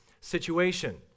situation